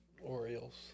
Orioles